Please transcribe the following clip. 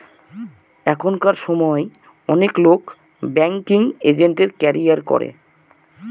এখনকার সময় অনেক লোক ব্যাঙ্কিং এজেন্টের ক্যারিয়ার করে